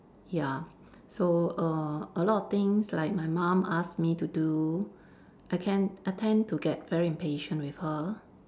ya so err a lot of things like my mum ask me to do I can I tend to get very impatient with her